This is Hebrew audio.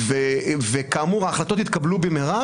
כאמור ההחלטות יתקבלו במהרה,